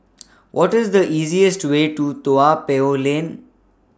What IS The easiest Way to Toa Payoh Lane